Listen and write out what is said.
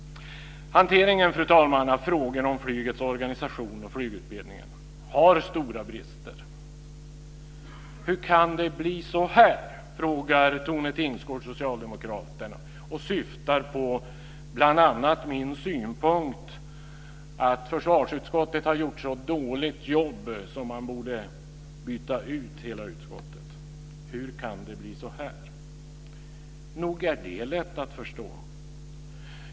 Hanteringen, fru talman, av frågorna om flygets organisation och flygutbildningen har stora brister. Hur kan det bli så här? frågar Tone Tingsgård från Socialdemokraterna och syftar bl.a. på min synpunkt att försvarsutskottet har gjort ett så dåligt jobb att hela utskottet borde bytas ut. Hur kan det bli så här? Nog är det lätt att förstå.